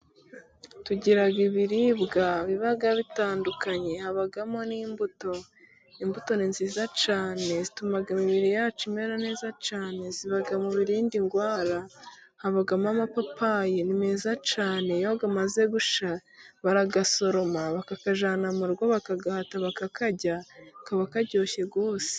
Tugira ibiribwa biba bitandukanye habamo n'imbuto. Imbuto ni nziza cyane zituma imibiri yacu imera neza cyane. Ziba mu birinda indwara, habamo amapapayi ni meza cyane. Iyo amaze gushya barayasoroma bakayajyana mu rugo bakayahata bakayarya, aba aryoshye rwose.